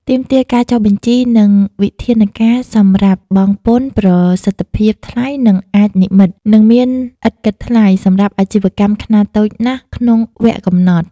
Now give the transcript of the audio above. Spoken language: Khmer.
ទាមទារការចុះបញ្ជី និងវិធានការសំរាប់បង់ពន្ធ ប្រសិទ្ធភាពថ្លៃនឹងអាចនិម្មិត និងមានឥតគិតថ្លៃសម្រាប់អាជីវកម្មខ្នាតតូចណាស់ក្នុងវគ្គកំណត់។